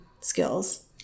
skills